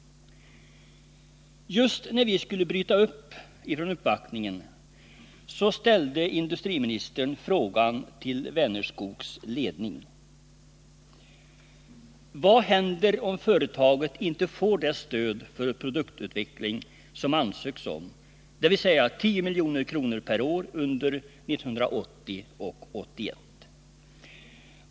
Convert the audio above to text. Just när vi skulle bryta upp från uppvaktningen ställde industriministern till Vänerskogs ledning följande fråga: Vad händer om företaget inte får det stöd för produktutveckling som ansökts om, dvs. 10 milj.kr. per år under 1980 och 1981?